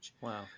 Wow